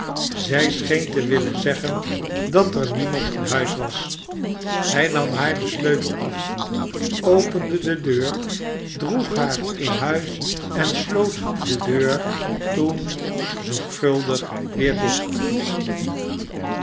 zij scheen te willen zeggen dat er niemand in huis was hij nam haar den sleutel af openae de deur droeg haar in huis en sloot de deur toen zorgvuldig weder dicht